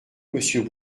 monsieur